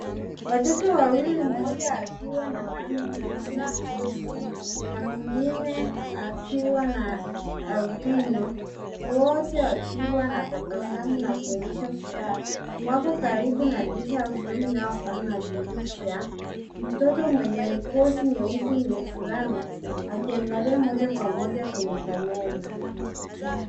Watoto wawili, mmoja akiwa na rangi nyeusi na ngozi na mwingine akiwa na albino, wote wakiwa na tabasamu na kuonyesha furaha. Wako karibu na dirisha au fremu inayofanana na dirisha. Mtoto mwenye ngozi nyeusi ni mvulana akiangalia moja kwa moja kwenye kamera.